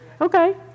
Okay